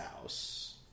house